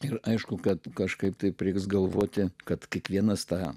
ir aišku kad kažkaip taip reiks galvoti kad kiekvienas tą